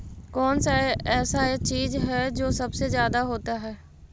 कौन सा ऐसा चीज है जो सबसे ज्यादा होता है?